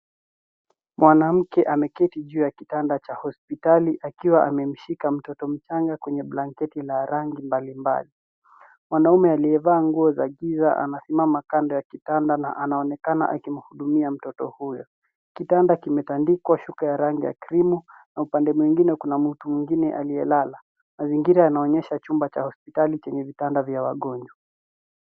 Mwanamke ameketi juu ya kitanda cha hospitali akiwa amemshika mtoto mchanga kwenye blanketi la rangi mbalimbali. Mwanaume aliyevaa nguo za giza anasimama kando ya kitabu na anaonekana akimhudumia mtoto huyo. Kitanda kimetandikwa shuka ya rangi ya krimu na upande mwingine kuna mtu mwingine aliyelala. Mazingira yanaonyesha chumba cha hospitali chenye vitanda vya wagonjwa.